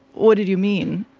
what did you mean?